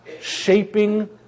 shaping